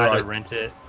i rent it